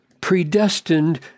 predestined